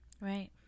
Right